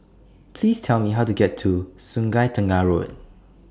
Please Tell Me How to get to Sungei Tengah Road